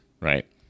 right